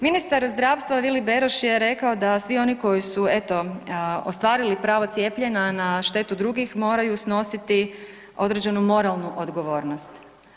Ministar zdravstva Vili Beroš je rekao da svi oni koji su eto ostvarili pravo cijepljenja na štetu drugih moraju snositi određenu moralnu odgovornost.